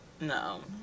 No